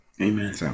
Amen